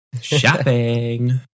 Shopping